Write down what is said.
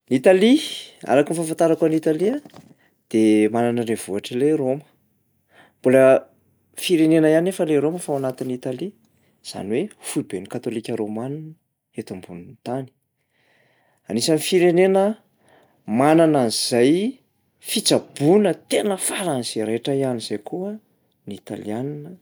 Italia, araky ny fahafatarako an'Italia de manana renivohitra lay hoe Roma. Mbola firenena ihany nefa le Roma fa ao anatin'Italy, zany hoe foiben'ny katôlika romana eto ambonin'ny tany. Anisan'ny firenena manana an'zay fitsaboana tena faran'izay raitra ihany izay koa ny italianina ao aminy.